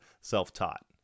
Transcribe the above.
self-taught